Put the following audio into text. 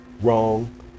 wrong